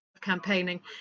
campaigning